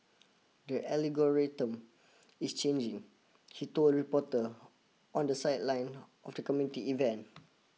the is changing he told reporter on the sideline of the community event